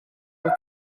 with